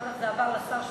אחר כך זה עבר לשר שמיר.